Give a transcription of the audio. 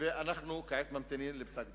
ואנו ממתינים כעת לפסק-דין.